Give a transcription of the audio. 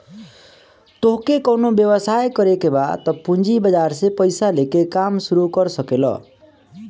तोहके कवनो व्यवसाय करे के बा तअ पूंजी बाजार से पईसा लेके काम शुरू कर सकेलअ